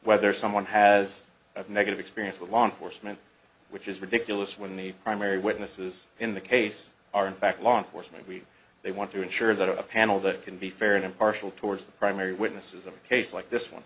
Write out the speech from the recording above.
whether someone has a negative experience with law enforcement which is ridiculous when the primary witnesses in the case are in fact law enforcement we they want to ensure that a panel that can be fair and impartial towards the primary witnesses of a case like this one